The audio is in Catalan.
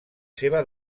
seva